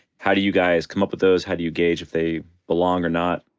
how do you guys come up with those? how do you gauge if they belong or not?